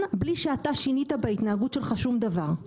בלי שאתה שינית בהתנהגות שלך שום דבר.